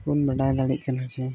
ᱵᱚᱱ ᱵᱟᱰᱟᱭ ᱫᱟᱲᱮᱭᱟᱜ ᱠᱟᱱᱟ ᱡᱮ